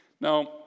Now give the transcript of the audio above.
Now